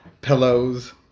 pillows